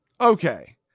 Okay